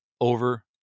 over